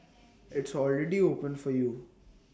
it's already open for you